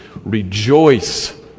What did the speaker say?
Rejoice